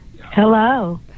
hello